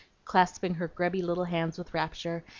clasping her grubby little hands with rapture,